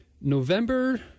November